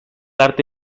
arte